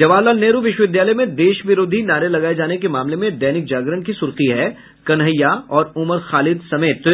जवाहरलाल नेहरू विश्वविद्यालय में देश विरोधी नारे लगाये जाने के मामले में दैनिक जागरण की सुर्खी है कन्हैया और उमर खालिद समेत